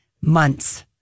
months